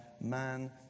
man